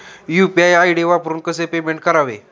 UPI ID वापरून कसे payment करावे?